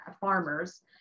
farmers